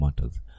matters